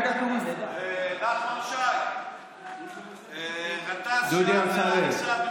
נחמן שי, דודי אמסלם.